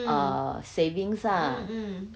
err savings ah